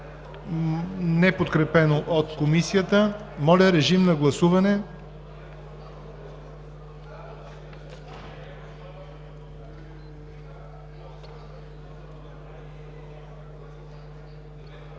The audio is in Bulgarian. е подкрепено от Комисията. Моля, режим на гласуване.